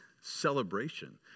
celebration